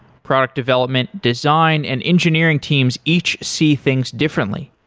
product development, design and engineering teams each see things differently.